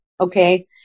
Okay